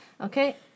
Okay